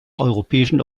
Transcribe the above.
europäischen